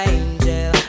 angel